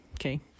Okay